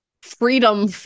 Freedom